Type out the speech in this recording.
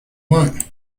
want